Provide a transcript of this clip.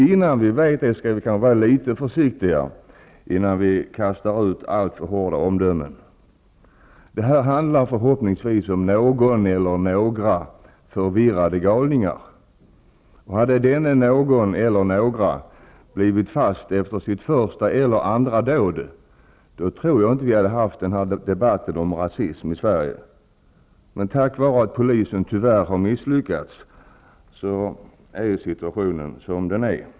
Innan vi vet det skall vi kanske vara litet försiktiga och inte kasta ur oss alltför hårda omdömen. Det här handlar förhoppningsvis on någon eller några förvirrade galningar. Hade denne någon eller dessa några blivit fast efter sitt första eller andra dåd, tror jag inte att vi skulle ha fått den här debatten om rasism i Sverige. På grund av att polisen tyvärr har misslyckats är situationen som den är.